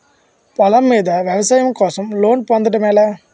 పొలం మీద వ్యవసాయం కోసం లోన్ పొందటం ఎలా?